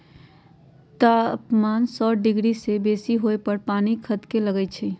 तापमान सौ डिग्री से बेशी होय पर पानी खदके लगइ छै